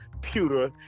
pewter